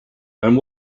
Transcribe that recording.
and